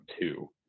two